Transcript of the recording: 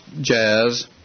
jazz